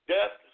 Death